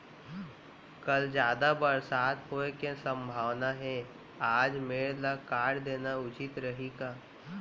कल जादा बरसात होये के सम्भावना हे, आज मेड़ ल काट देना उचित रही का?